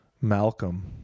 Malcolm